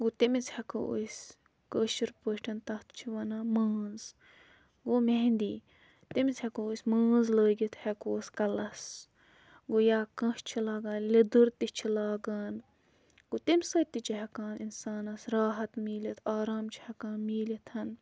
گوٚو تٔمِس ہٮ۪کو أسۍ کٲشٕر پٲٹھۍ تَتھ چھِ وَنان مٲنٛز گوٚو مہنٛدی تٔمِس ہٮ۪کو أسۍ مٲنٛز لٲگِتھ ہٮ۪کوس کَلَس گوٚو یا کٲنٛسہِ چھِ لاگان لیٚدٕر تہِ چھِ لاگان گوٚو تَمہِ سۭتۍ تہِ چھِ ہٮ۪کان اِنسانَس راحت مِلِتھ آرام چھِ ہٮ۪کان مِلِتھ